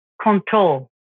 Control